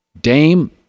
Dame